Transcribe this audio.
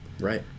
right